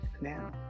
now